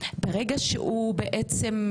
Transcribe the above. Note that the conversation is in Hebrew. ברגע שהוא בעצם,